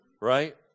Right